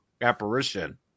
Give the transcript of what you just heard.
apparition